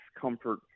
comfort